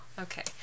okay